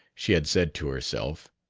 she had said to herself.